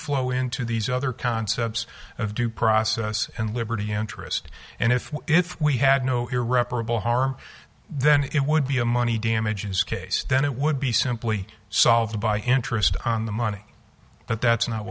flow into these other concepts of due process and liberty interest and if if we had no irreparable harm then it would be a money damages case then it would be simply solved by interest on the money but that's not